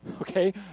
okay